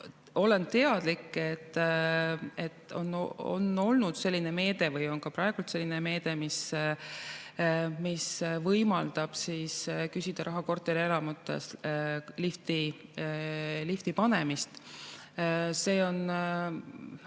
olen teadlik, et on olnud selline meede või praegu on selline meede, mis võimaldab küsida raha korterelamutesse lifti panemiseks. See pole